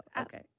Okay